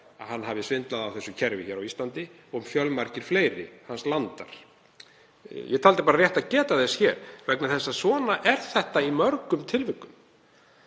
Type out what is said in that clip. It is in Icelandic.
að hann hafi svindlað á þessu kerfi hér á Íslandi og fjölmargir fleiri landar hans. Ég taldi rétt að geta þess hér vegna þess að þannig er það í mörgum tilvikum.